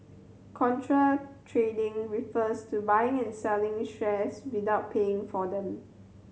contra trading refers to buying and selling shares without paying for them